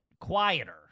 quieter